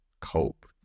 cope